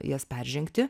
jas peržengti